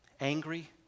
Angry